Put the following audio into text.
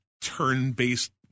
turn-based